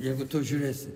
jeigu tu žiūrėsi